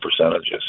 percentages